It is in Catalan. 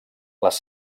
les